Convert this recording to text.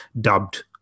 dubbed